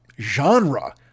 genre